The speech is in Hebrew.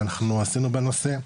מה אנחנו עשינו בנושא.